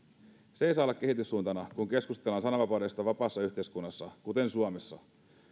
se ei saa olla kehityssuuntana kun keskustellaan sananvapaudesta vapaassa yhteiskunnassa kuten suomessa